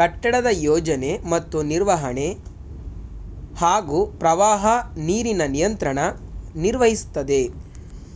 ಕಟ್ಟಡದ ಯೋಜನೆ ಮತ್ತು ನಿರ್ವಹಣೆ ಹಾಗೂ ಪ್ರವಾಹ ನೀರಿನ ನಿಯಂತ್ರಣ ನಿರ್ವಹಿಸ್ತದೆ